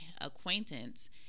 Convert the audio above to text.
acquaintance